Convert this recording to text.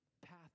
path